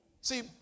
See